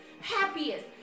happiest